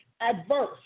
adverse